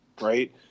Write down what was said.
right